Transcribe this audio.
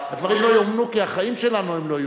הדברים לא ייאמנו כי החיים שלנו הם לא ייאמנו.